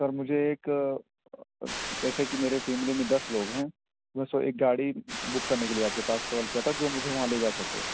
سر مجھے ایک جیسے کہ میری فیملی میں دس لوگ ہیں تو سر ایک گاڑی بک کرنے کے لیے آپ کے پاس کال کیا تھا جو مجھے وہاں لے جا سکے